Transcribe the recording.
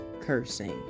cursing